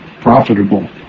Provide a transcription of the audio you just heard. profitable